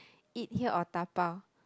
eat here or dabao